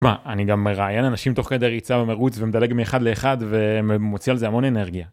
מה אני גם מראיין אנשים תוך כדי ריצה ומרוץ ומדלג מאחד לאחד ומוציא על זה המון אנרגיה.